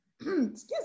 excuse